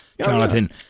Jonathan